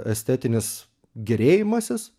estetinis gėrėjimasis